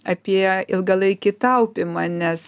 apie ilgalaikį taupymą nes